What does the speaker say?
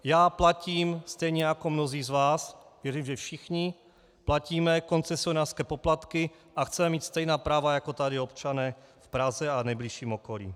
Já platím, stejně jako mnozí z vás, věřím, že všichni platíme, koncesionářské poplatky a chceme mít stejná práva jako tady občané v Praze a nejbližším okolí.